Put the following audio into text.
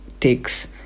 takes